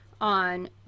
On